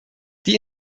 die